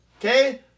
okay